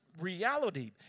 reality